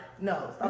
No